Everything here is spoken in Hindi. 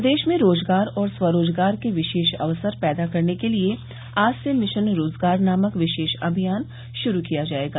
प्रदेश में रोजगार और स्वरोजगार के विशेष अवसर पैदा करने के लिये आज से मिशन रोजगार नामक विशेष अभियान शुरू किया जायेगा